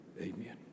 Amen